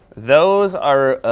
those are